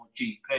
GP